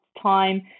time